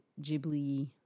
ghibli